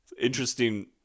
Interesting